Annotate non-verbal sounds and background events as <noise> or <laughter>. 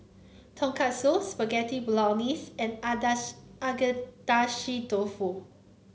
Tonkatsu Spaghetti Bolognese and <unintelligible> Agedashi Dofu